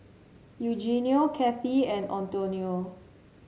Eugenio Cathey and Antonio